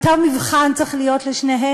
אותו מבחן צריך להיות לשניהם,